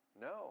No